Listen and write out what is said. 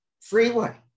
freeway